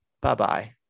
Bye-bye